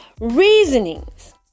reasonings